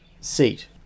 seat